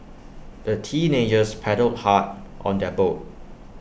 the teenagers paddled hard on their boat